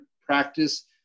practice